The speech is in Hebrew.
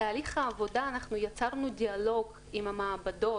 בתהליך העבודה אנחנו יצרנו דיאלוג עם המעבדות,